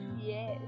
Yes